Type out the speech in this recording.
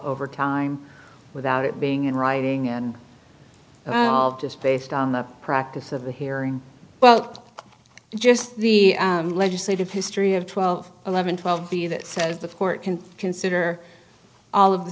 over time without it being in writing and just based on the practice of the hearing well just the legislative history of twelve eleven twelve b that says the court can consider all of the